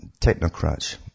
technocrats